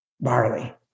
Barley